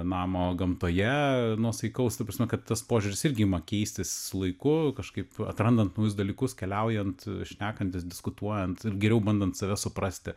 namo gamtoje nuosaikaus ta prasme kad tas požiūris irgi ima keistis su laiku kažkaip atrandant naujus dalykus keliaujant šnekantis diskutuojant geriau bandant save suprasti